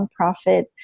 nonprofit